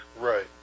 Right